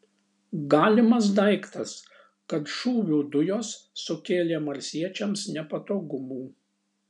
galimas daiktas kad šūvių dujos sukėlė marsiečiams nepatogumų